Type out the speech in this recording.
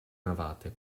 navate